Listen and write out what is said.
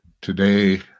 today